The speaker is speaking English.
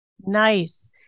Nice